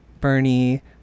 Bernie